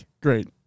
Great